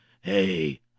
Hey